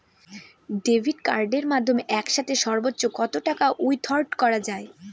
Debit কার্ডের মাধ্যমে একসাথে সর্ব্বোচ্চ কত টাকা উইথড্র করা য়ায়?